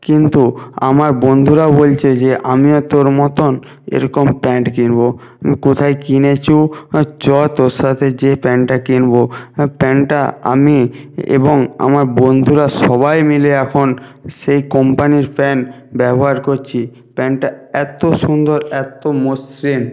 কিন্তু আমার বন্ধুরাও বলছে যে আমিও তোর মতন এরকম প্যান্ট কিনব কোথায় কিনেছ চল তোর সাথে যেয়ে প্যান্টটা কিনব হ্যাঁ প্যান্টটা আমি এবং আমার বন্ধুরা সবাই মিলে এখন সেই কোম্পানির প্যান্ট ব্যবহার করছি প্যান্টটা এত সুন্দর এত মসৃণ